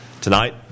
Tonight